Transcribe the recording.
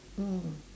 mm